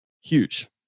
huge